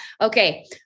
okay